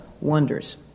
wonders